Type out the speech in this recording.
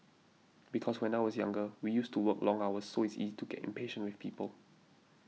because when I was younger we used to work long hours so it's easy to get impatient with people